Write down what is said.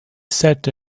sat